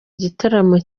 igitaramo